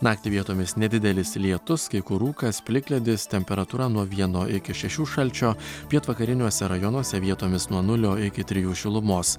naktį vietomis nedidelis lietus kai kur rūkas plikledis temperatūra nuo vieno iki šešių šalčio pietvakariniuose rajonuose vietomis nuo nulio iki trijų šilumos